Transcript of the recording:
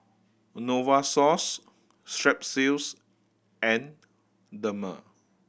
Novosource Strepsils and Dermale